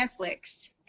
Netflix